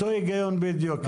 אותו הגיון בדיוק.